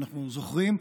אנחנו זוכרים,